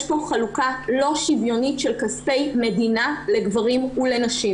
פה חלוקה לא שוויונית של כספי מדינה לגברים ולנשים.